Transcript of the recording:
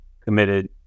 committed